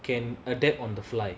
can adapt on the fly